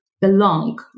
belong